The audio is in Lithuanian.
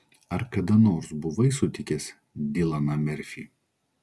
ar kada nors buvai sutikęs dilaną merfį